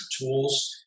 Tools